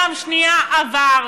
פעם שנייה, עבר,